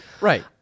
Right